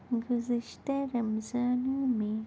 گذشتہ رمضانوں میں